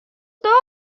know